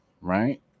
Right